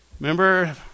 Remember